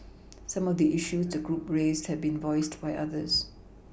some of the issues the group raised have been voiced by others